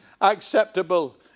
acceptable